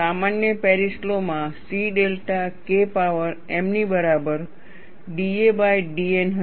સામાન્ય Paris law માં C delta K power m ની બરાબર da બાય dN હશે